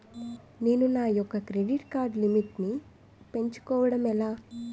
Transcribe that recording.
నేను నా యెక్క క్రెడిట్ కార్డ్ లిమిట్ నీ పెంచుకోవడం ఎలా?